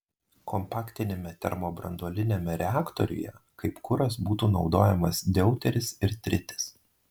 kompaktiniame termobranduoliniame reaktoriuje kaip kuras būtų naudojamas deuteris ir tritis